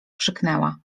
krzyknęła